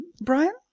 Brian